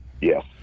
Yes